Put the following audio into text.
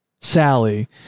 Sally